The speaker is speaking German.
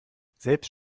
selbst